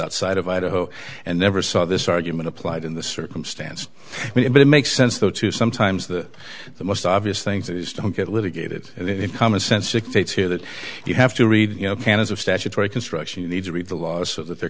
outside of idaho and never saw this argument applied in the circumstance but it makes sense though to sometimes that the most obvious things is don't get litigated and if common sense dictates here that you have to read you know canons of statutory construction need to read the laws so that they're